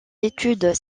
études